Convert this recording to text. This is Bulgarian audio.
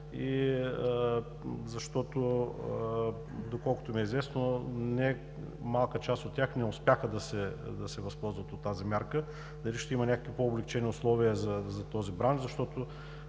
защото, доколкото ми е известно, немалка част от тях не успяха да се възползват от тази мярка и дали ще има някакви по-облекчени условия за този бранш? За